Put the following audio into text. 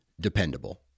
dependable